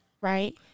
right